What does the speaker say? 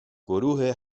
گروه